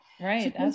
Right